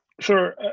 Sure